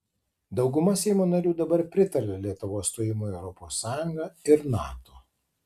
dauguma seimo narių dabar pritaria lietuvos stojimui į europos sąjungą ir nato